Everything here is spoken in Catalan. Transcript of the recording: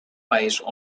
país